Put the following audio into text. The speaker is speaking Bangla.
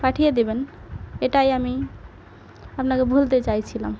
পাঠিয়ে দেবেন এটাই আমি আপনাকে বলতে চাইছিলাম